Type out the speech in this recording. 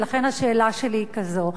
ולכן השאלה שלי היא כזאת: